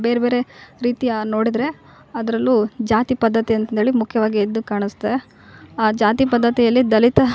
ಬೇರ್ಬೇರೆ ರೀತಿಯ ನೋಡಿದರೆ ಅದರಲ್ಲೂ ಜಾತಿ ಪದ್ಧತಿ ಅಂತಂದ್ಹೇಳೀ ಮುಖ್ಯವಾಗಿ ಎದ್ದು ಕಾಣುಸ್ತೆ ಆ ಜಾತಿ ಪದ್ಧತಿಯಲ್ಲಿ ದಲಿತ